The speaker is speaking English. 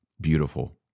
beautiful